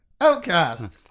outcast